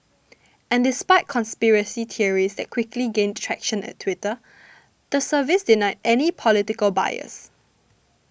and despite conspiracy theories that quickly gained traction at Twitter the service denied any political bias